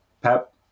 Pep